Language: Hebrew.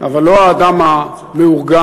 אבל לא האדם המאורגן,